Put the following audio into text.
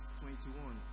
21